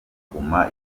guma